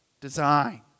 design